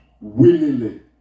willingly